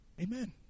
Amen